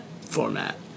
format